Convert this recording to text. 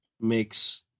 makes